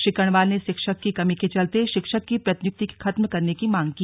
श्री कर्णवाल ने शिक्षक की कमी के चलते शिक्षक की प्रतिनियुक्ति खत्म करने की मांग की